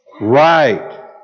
right